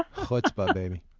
chutzpah, baby.